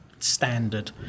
standard